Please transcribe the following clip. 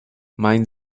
mein